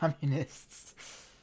communists